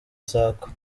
isakwa